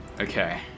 Okay